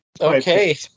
Okay